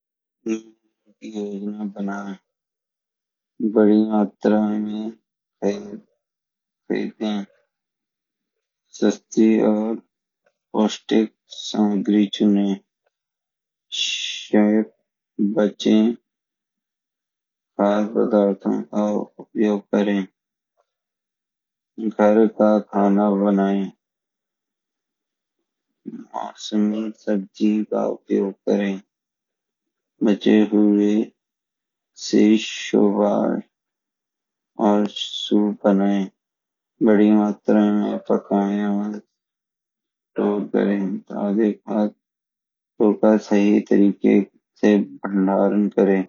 मेन्यू की योजना बना बड़ी मात्रा में खरीदें सस्ती और पौष्टिक सामग्री चुने बचे खाद्य पदार्थो का उपयोग करे घर का खाना बनाये मौसमी सब्जी का उपयोग करे बचे हुए सब्जियों का सूप बनाये बड़ी मात्रा में पकाये और स्टोर करे ताज़े पाक का सही तरीके से भंडारण करें